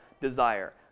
desire